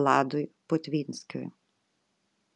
vladui putvinskiui